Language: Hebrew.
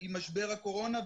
עם משבר הקורונה,